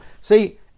See